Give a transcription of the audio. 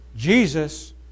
Jesus